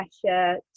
pressure